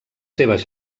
seves